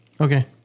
Okay